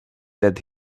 that